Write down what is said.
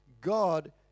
God